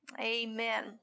Amen